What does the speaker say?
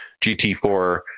GT4